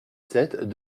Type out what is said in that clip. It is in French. sept